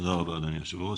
תודה רבה אדוני היו"ר.